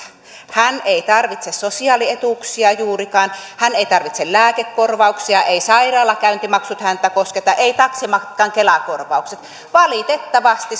hän ei tarvitse sosiaalietuuksia juurikaan hän ei tarvitse lääkekorvauksia eivät sairaalakäyntimaksut häntä kosketa eivät taksimatkan kela korvaukset valitettavasti